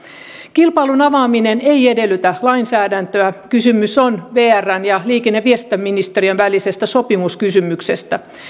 kilpailun avaaminen ei edellytä lainsäädäntöä kysymys on vrn ja liikenne ja viestintäministeriön välisestä sopimuskysymyksestä